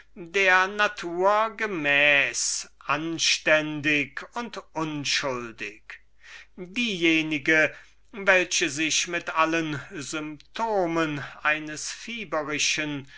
der natur gemäß anständig und unschuldig diejenige welche sich mit allen symptomen eines